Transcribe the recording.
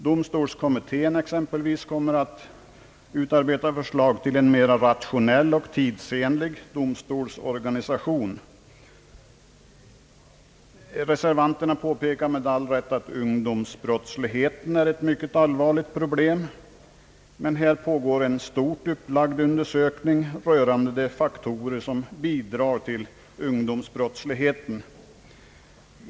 Domstolskommittén exempelvis kommer att utarbeta förslag till en mera rationell och tidsenlig domstolsorganisation. Reservanterna påpekar med all rätt, att ungdomsbrottsligheten är ett mycket allvarligt problem. Här pågår en stort upplagd undersökning rörande de faktorer, som bidrar till ungdomsbrottsligheten.